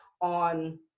on